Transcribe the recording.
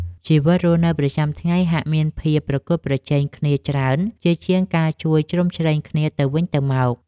ជីវិតរស់នៅប្រចាំថ្ងៃហាក់មានភាពប្រកួតប្រជែងគ្នាច្រើនជាជាងការជួយជ្រោមជ្រែងគ្នាទៅវិញទៅមក។